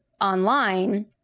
online